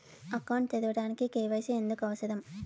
Account తెరవడానికి, KYC ఎందుకు అవసరం?